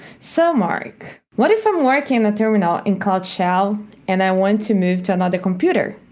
so, mark, what if i'm working the terminal in cloud shell and i want to move to another computer?